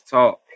Talk